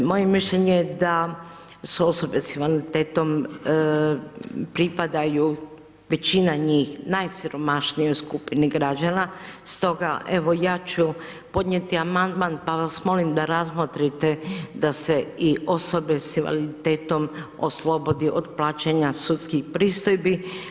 Moje mišljenje je da su osobe s invaliditetom pripadaju, većina njih, najsiromašnijoj skupini građana, stoga evo ja ću podnijeti amandman, pa vas molim da razmotrite da se i osobe s invaliditetom oslobodi od plaćanja sudskih pristojbi.